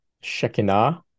Shekinah